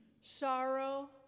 sorrow